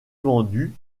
vendu